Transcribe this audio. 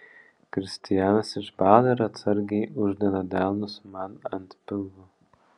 kristijanas išbąla ir atsargiai uždeda delnus man ant pilvo